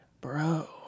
bro